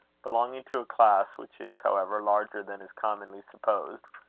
belonging to a class which is, however, larger than is commonly supposed,